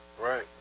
Right